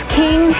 king